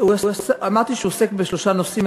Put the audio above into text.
אמרתי שהוא עוסק בשלושה נושאים.